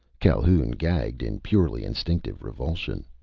calhoun gagged in purely instinctive revulsion.